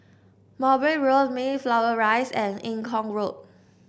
Mowbray Road Mayflower Rise and Eng Kong Road